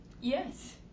Yes